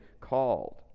called